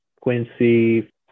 Quincy